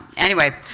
anyway,